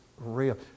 real